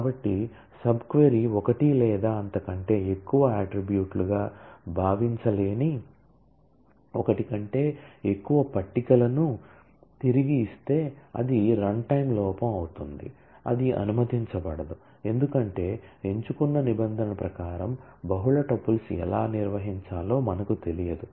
కాబట్టి subquery ఒకటి లేదా అంతకంటే ఎక్కువ అట్ట్రిబ్యూట్ లుగా భావించలేని ఒకటి కంటే ఎక్కువ పట్టికలను తిరిగి ఇస్తే అది రన్టైమ్ ప్రకారం బహుళ టుపుల్స్ ఎలా నిర్వహించాలో మనకు తెలియదు